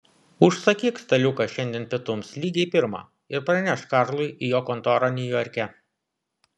užsakyk staliuką šiandien pietums lygiai pirmą ir pranešk karlui į jo kontorą niujorke